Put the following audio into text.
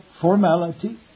formality